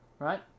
Right